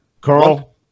Carl